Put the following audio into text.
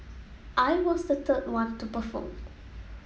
I was the third one to perform